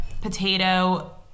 potato